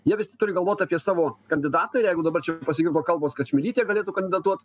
jie visi turi galvot apie savo kandidatą ir jeigu dabar čia pasigirdo kalbos kad čmilytė galėtų kandidatuot